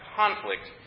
conflict